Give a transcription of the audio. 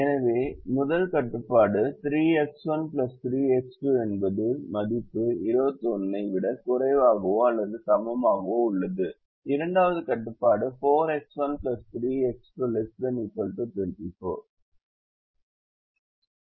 எனவே முதல் கட்டுப்பாடு 3X1 3X2 என்பது மதிப்பு 21 ஐ விடக் குறைவாகவோ அல்லது சமமாகவோ உள்ளது இரண்டாவது கட்டுப்பாடு 4X1 3X2 ≤ 24 இன் மதிப்பாகும்